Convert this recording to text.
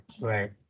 Right